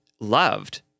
loved